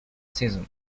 season